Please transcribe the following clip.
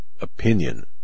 opinion